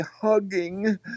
hugging